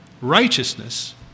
righteousness